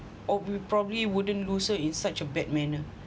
or we probably wouldn't lose her in such a bad manner